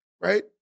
right